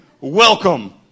welcome